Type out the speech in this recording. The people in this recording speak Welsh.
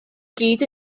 gyd